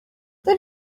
they